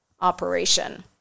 operation